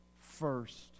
first